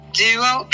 duo